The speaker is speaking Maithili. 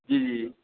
जी जी